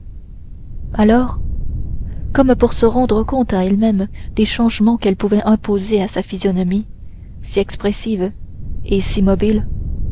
alors comme pour se rendre compte à elle-même des changements qu'elle pouvait imposer à sa physionomie si expressive et si mobile